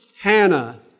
Hannah